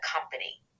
company